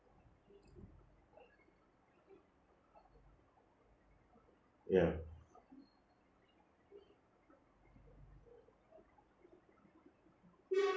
ya